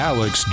Alex